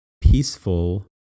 peaceful